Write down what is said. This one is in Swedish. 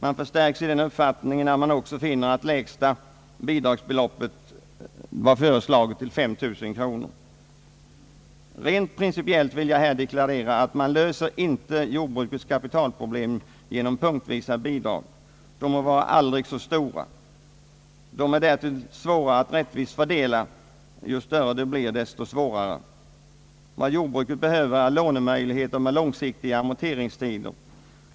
Man förstärks i den uppfattningen när man också finner, att lägsta bidragsbeloppet var föreslaget till 5 000 kronor. Rent principiellt vill jag här deklarera, att man inte löser jordbrukets kapitalproblem genom punktvisa bidrag, de må vara aldrig så stora. De är därtill svåra att rättvist fördela — ju större de blir, desto svårare. Vad jordbruket behöver är lånemöjligheter med långsiktiga amorteringstider.